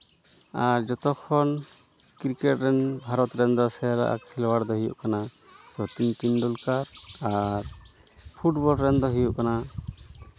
ᱟᱨ ᱡᱚᱛᱚ ᱠᱷᱚᱱ ᱠᱨᱤᱠᱮᱴ ᱨᱮᱱ ᱵᱷᱟᱨᱚᱛ ᱨᱮᱱ ᱫᱚ ᱥᱮᱨᱣᱟ ᱠᱷᱮᱞᱣᱟᱲ ᱫᱚᱭ ᱦᱩᱭᱩᱜ ᱠᱟᱱᱟ ᱥᱚᱪᱤᱱ ᱴᱮᱱᱰᱩᱞᱠᱟᱨ ᱟᱨ ᱯᱷᱩᱴᱵᱚᱞ ᱨᱮᱱ ᱫᱚᱭ ᱦᱩᱭᱩᱜ ᱠᱟᱱᱟ